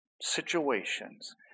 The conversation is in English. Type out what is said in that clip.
situations